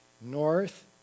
North